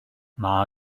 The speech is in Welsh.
mae